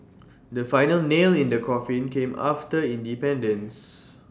the final nail in the coffin came after independence